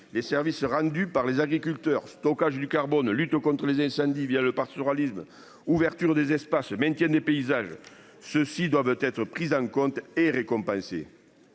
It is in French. les services rendus par les agriculteurs stockage du carbone, lutte contre les incendies via le pastoralisme, ouverture des espaces maintiennent des paysages. Ceux-ci doivent être prises en compte et.